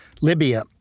Libya